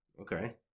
Okay